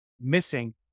missing